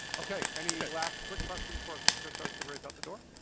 okay, any last, quick questions before chris has to race out the door?